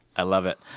i love it.